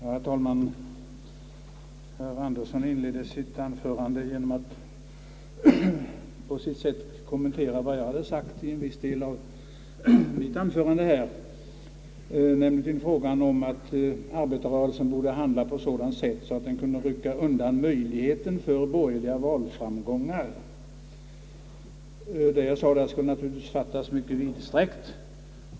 Herr talman! Herr Axel Andersson inledde sitt anförande genom att på sitt sätt kommentera vad jag hade sagt i en viss del av mitt anförande här, nämligen då det gällde frågan om att arbetarrörelsen borde handla på ett sådant sätt, att den kan rycka undan möjligheterna för borgerliga valframgångar. Vad jag sade skall naturligtvis fattas synnerligen vidsträckt.